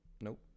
nope